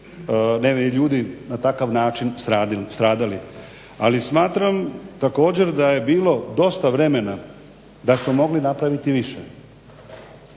nevini ljudi na takav način stradali. Ali smatram također da je bilo dosta vremena da smo mogli napraviti više,